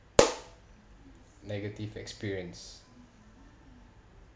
negative experience